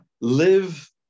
live